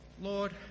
Lord